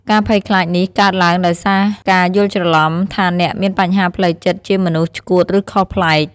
ការភ័យខ្លាចនេះកើតឡើងដោយសារការយល់ច្រឡំថាអ្នកមានបញ្ហាផ្លូវចិត្តជាមនុស្សឆ្កួតឬខុសប្លែក។